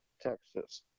Texas